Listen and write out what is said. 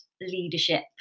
leadership